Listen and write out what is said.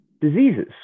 diseases